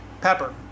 Pepper